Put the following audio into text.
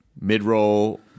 mid-roll